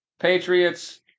Patriots